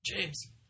James